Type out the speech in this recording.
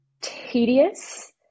tedious